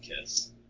Kiss